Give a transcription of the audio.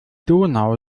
donau